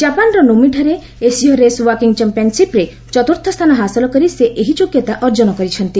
ଜାପାନ୍ର ନୋମିଠାରେ ଏସୀୟ ରେସ୍ ୱାକିଂ ଚାମ୍ପିୟନ୍ସିପ୍ରେ ଚତୁର୍ଥ ସ୍ଥାନ ହାସଲ କରି ସେ ଏହି ଯୋଗ୍ୟତା ଅର୍ଜନ କରିଛନ୍ତି